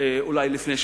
אולי לפני שבועיים,